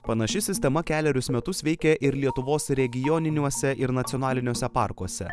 panaši sistema kelerius metus veikė ir lietuvos regioniniuose ir nacionaliniuose parkuose